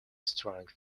strong